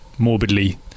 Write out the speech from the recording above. Morbidly